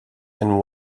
and